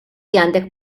għandek